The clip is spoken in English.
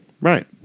Right